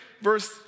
verse